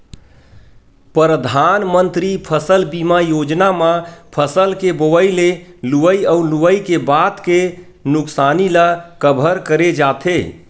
परधानमंतरी फसल बीमा योजना म फसल के बोवई ले लुवई अउ लुवई के बाद के नुकसानी ल कभर करे जाथे